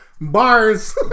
Bars